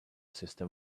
system